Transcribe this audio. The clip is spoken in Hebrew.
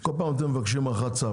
כל פעם אתם מבקשים הארכת צו,